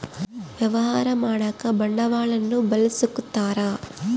ವ್ಯವಹಾರ ಮಾಡಕ ಬಂಡವಾಳನ್ನ ಬಳಸ್ಕೊತಾರ